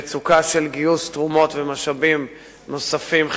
במצוקה של גיוס תרומות ומשאבים נוספים חיצוניים,